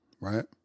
right